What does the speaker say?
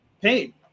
paid